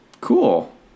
Cool